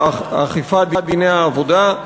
אכיפת דיני העבודה.